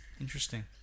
interesting